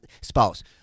spouse